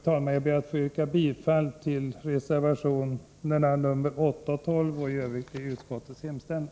Jag ber att få yrka bifall till reservationerna 8 och 12 samt i Övrigt till utskottets hemställan.